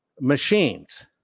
machines